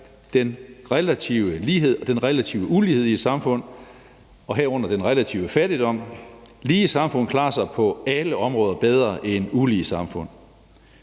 man måler, er den relative ulighed i et samfund, herunder den relative fattigdom – lige samfund klarer sig på alle områder bedre end ulige samfund.